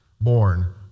born